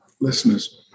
listeners